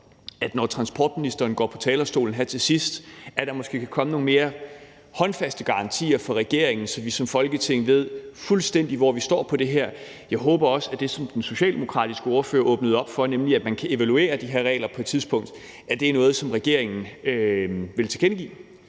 når transportministeren går på talerstolen her til sidst, måske kan komme nogle mere håndfaste garantier fra regeringen, så vi som Folketing fuldstændig ved, hvor vi står i det her spørgsmål. Jeg håber også, at det, som den socialdemokratiske ordfører åbnede op for, nemlig at man kan evaluere de her regler på et tidspunkt, er noget, som regeringen vil tilkendegive